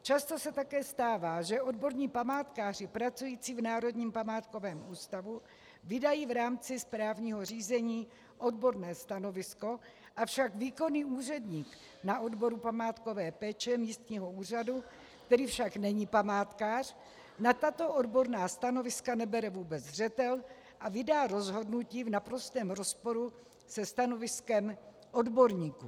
Často se také stává, že odborní památkáři pracující v Národním památkovém ústavu vydají v rámci správního řízení odborné stanovisko, avšak výkonný úředník na odboru památkové péče místního úřadu, který však není památkář, na tato odborná stanoviska nebere vůbec zřetel a vydá rozhodnutí v naprostém rozporu se stanoviskem odborníků.